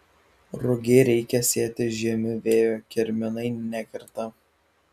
rugiai reikia sėti žiemiu vėju kirminai nekerta